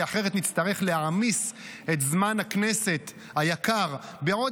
כי אחרת נצטרך להעמיס על זמן הכנסת היקר עוד